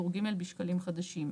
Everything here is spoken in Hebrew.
טור ג' בשקלים חדשים.